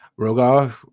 Rogar